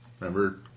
remember